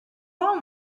all